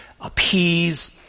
appease